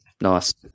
Nice